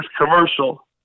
commercial